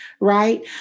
right